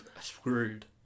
Screwed